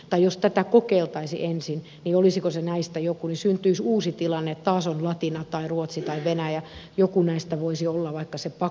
tai jos tätä kokeiltaisiin ensin niin olisiko se näistä joku ja syntyisi uusi tilanne että taas on latina tai ruotsi tai venäjä joku näistä voisi olla vaikka se pakkokieli uudelleen